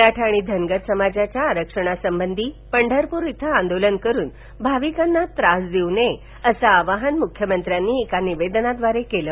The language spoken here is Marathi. मराठा आणि धनगर समाजाच्या आरक्षणासंबंधी पंढरपूर इथं आंदोलन करून भाविकांना त्रास देऊ नये असं आवाहन मुख्यमंत्री देवेंद्र फडणवीस यांनी निवेदनाद्वारे केलं